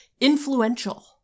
influential